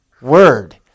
word